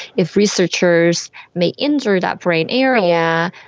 if researchers may injure that brain area,